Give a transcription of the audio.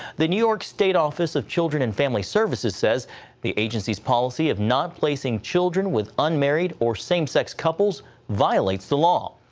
the new york state office of children and family services says the agency's policy is not placing children with unmarried or same-sex couples violates the law,